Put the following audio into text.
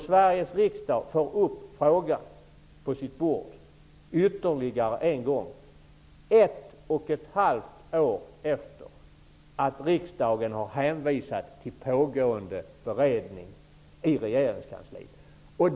Sveriges riksdag får upp frågan på sitt bord ytterligare en gång ett och ett halvt år efter det att riksdagen har hänvisat till pågående beredning i regeringskansliet.